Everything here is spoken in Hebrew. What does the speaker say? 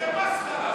זה מסחרה.